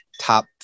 top